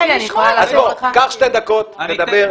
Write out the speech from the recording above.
קח שתי דקות, תדבר.